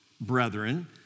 brethren